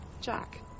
Jack